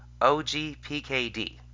ogpkd